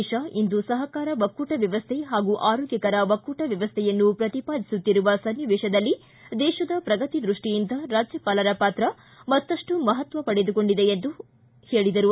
ದೇಶ ಇಂದು ಸಹಕಾರ ಒಕ್ಕೂಟ ವ್ಯವಸ್ಥೆ ಹಾಗೂ ಆರೋಗ್ಗಕರ ಒಕ್ಕೂಟ ವ್ಯವಸ್ಥೆಯನ್ನು ಪ್ರತಿಪಾದಿಸುತ್ತಿರುವ ಸ್ನಿವೇತದಲ್ಲಿ ದೇತದ ಪ್ರಗತಿ ದೃಷ್ಟಿಯಿಂದ ರಾಜ್ಯಪಾಲರ ಪಾತ್ರ ಮತ್ತಪ್ಟು ಮಹತ್ವ ಪಡೆದುಕೊಂಡಿದೆ ಎಂದು ರಾಷ್ಟಪತಿ ಹೇಳಿದರು